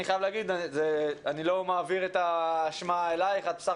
אני לא מעביר את האשמה עלייך כי את בסך